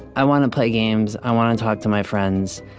i want to play games. i want to talk to my friends.